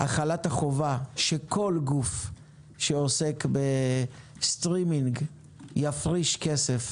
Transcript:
החלת החובה, שכל גוף שעוסק בסטרימינג יפריש כסף